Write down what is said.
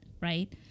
right